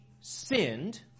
sinned